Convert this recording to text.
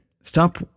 stop